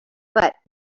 but